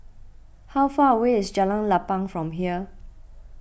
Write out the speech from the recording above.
how far away is Jalan Lapang from here